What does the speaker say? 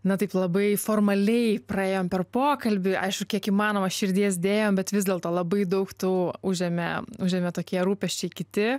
na taip labai formaliai praėjom per pokalbį aišku kiek įmanoma širdies dėjom bet vis dėlto labai daug tų užėmė užėmė tokie rūpesčiai kiti